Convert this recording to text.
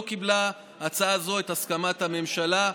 לא קיבלה הצעה זו את הסכמת הממשלה.